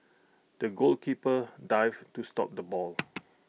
the goalkeeper dived to stop the ball